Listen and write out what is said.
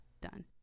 done